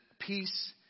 Peace